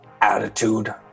attitude